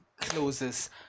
closes